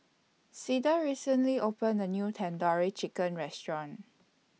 Cleda recently opened A New Tandoori Chicken Restaurant